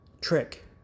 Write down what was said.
trick